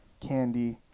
candy